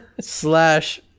slash